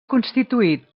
constituït